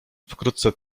wkrótce